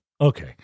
okay